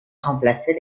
remplacer